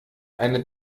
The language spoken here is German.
eine